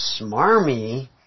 smarmy